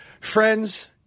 Friends